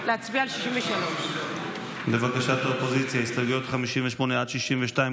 להצביע על 63. לבקשת האופוזיציה 58 62,